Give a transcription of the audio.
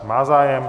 Má zájem.